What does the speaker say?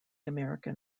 american